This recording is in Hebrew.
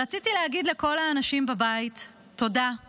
רציתי להגיד לכל האנשים בבית, תודה על